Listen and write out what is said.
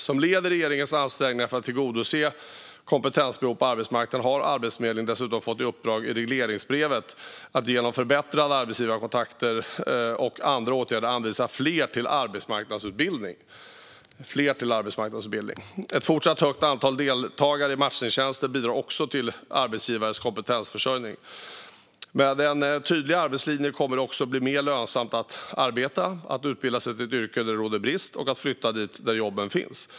Som led i regeringens ansträngningar för att tillgodose kompetensbehov på arbetsmarknaden har Arbetsförmedlingen dessutom fått i uppdrag i regleringsbrevet att genom förbättrade arbetsgivarkontakter och andra åtgärder anvisa fler till bland annat arbetsmarknadsutbildning. Ett fortsatt stort antal deltagare i matchningstjänster bidrar också till arbetsgivares kompetensförsörjning. Med en tydligare arbetslinje kommer det också att bli mer lönsamt att arbeta, att utbilda sig till ett yrke där det råder brist och att flytta dit där jobben finns.